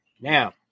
Now